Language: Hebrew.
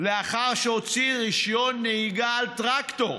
לאחר שהוציא רישיון נהיגה על טרקטור,